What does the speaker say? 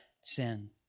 sin